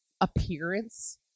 appearance